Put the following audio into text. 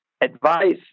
advice